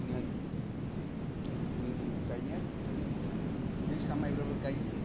बिदिनो आरोखिदा जोंनि गायनायाथ' बिदिनो जोसा माइब्राबो गायो